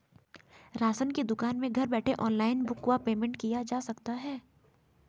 Ration की दुकान में घर बैठे ऑनलाइन बुक व पेमेंट किया जा सकता है?